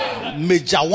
major